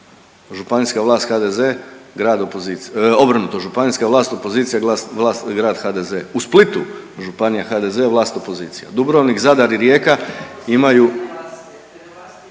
županijska vlast opozicija, grad HDZ. U Splitu županija HDZ, vlast opozicija. Dubrovnik, Zadar i Rijeka imaju